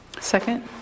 Second